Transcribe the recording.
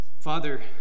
Father